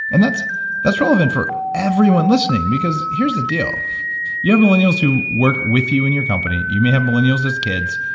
and that's that's relevant for everyone listening because here's the deal you have millennials millennials who work with you in your company. you may have millennials as kids.